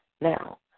Now